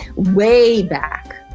way back.